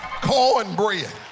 cornbread